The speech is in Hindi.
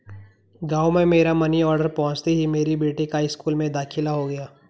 गांव में मेरा मनी ऑर्डर पहुंचते ही मेरी बेटी का स्कूल में दाखिला हो गया